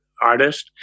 artist